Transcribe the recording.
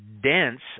dense